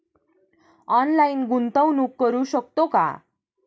Online गुंतवणूक करू शकतो का?